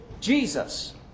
Jesus